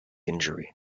injury